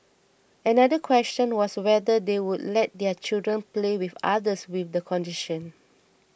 another question was whether they would let their children play with others with the condition